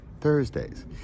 Thursdays